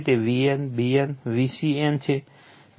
તેથી Van Vbn Vcn છે